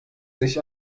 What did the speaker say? sich